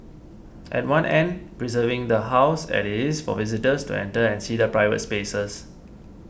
at one end preserving the House that is for visitors to enter and see the private spaces